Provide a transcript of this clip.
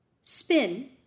spin